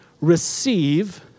receive